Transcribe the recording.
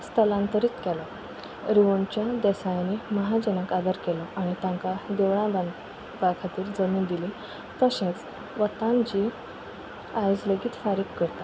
स्थलांतरीत केलां रुवणच्या देसायांनी महाजनाक आदर केलो आनी तांकां देवळां बांदपा खातीर जमीन दिली तशेंच वतन जी आयज लेगीत फारीक करता